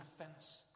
offense